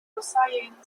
gaussian